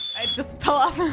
i just fell off. and